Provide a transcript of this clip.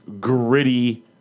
gritty